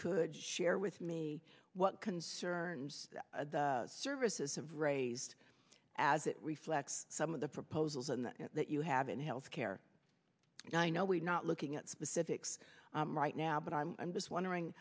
could share with me what concerns the services have raised as it reflects some of the proposals and that you have in health care now i know we're not looking at specifics right now but i'm just wondering